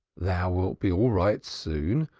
thou wilt be all right soon.